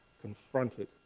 confronted